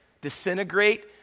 disintegrate